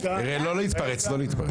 לא להתפרץ.